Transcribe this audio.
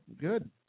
good